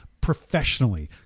professionally